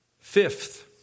Fifth